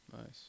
nice